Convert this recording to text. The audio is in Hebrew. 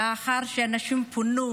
לאחר שאנשים פונו